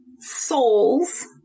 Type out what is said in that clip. souls